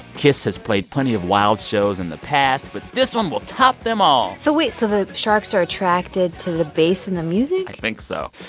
kiss has played plenty of wild shows in the past, but this one will top them all. so wait. so the sharks are attracted to the bass in the music? i think so.